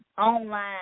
online